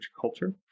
culture